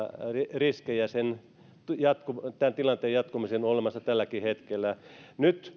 riskejä tämän tilanteen jatkumiseen on olemassa tälläkin hetkellä nyt